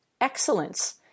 excellence